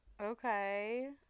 Okay